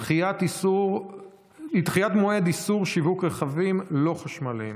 דחיית מועד איסור שיווק רכבים לא חשמליים.